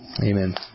Amen